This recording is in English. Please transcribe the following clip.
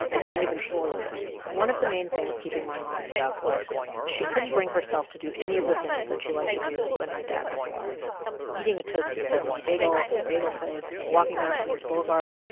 i can't even swallow them one of the main things keeping my mom stuck was she couldn't bring herself to do any of the things that she liked to do when my dad was alive eating a toasted sesame bagel at the bagel place, walking down queens boulevard,